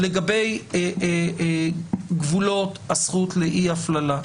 לגבי גבולות, הזכות לאי הפללה.